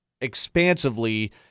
expansively